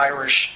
Irish